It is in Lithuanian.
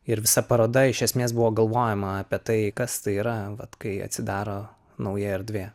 ir visa paroda iš esmės buvo galvojama apie tai kas tai yra vat kai atsidaro nauja erdvė